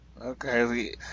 Okay